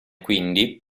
quindi